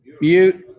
mute.